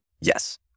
Yes